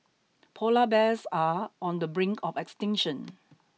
polar bears are on the brink of extinction